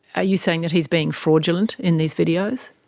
are you saying that he's being fraudulent in these videos?